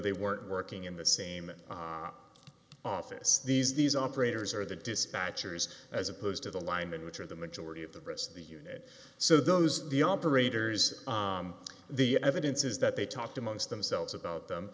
they weren't working in the same office these these operators are the dispatchers as opposed to the linemen which are the majority of the press the unit so those the operators the evidence is that they talked amongst themselves about them